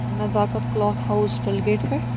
نزاکت cloth house Dal gate پٮ۪ٹھ